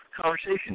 Conversation